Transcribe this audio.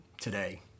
today